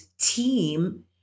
team